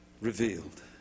revealed